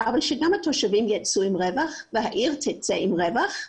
אבל שגם התושבים יצאו עם רווח והעיר תצא עם רווח,